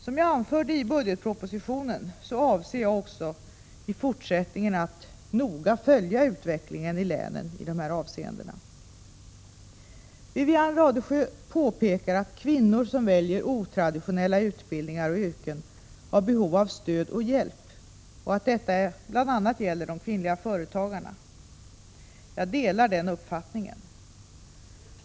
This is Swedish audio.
Som jag anförde i budgetpropositionen avser jag att också i fortsättningen noga följa utvecklingen i länen i dessa avseenden. Wivi-Anne Radesjö påpekar att kvinnor som väljer otraditionella utbildningar och yrken har behov av stöd och hjälp och att detta bl.a. gäller de kvinnliga företagarna. Jag delar den uppfattningen.